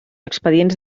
expedients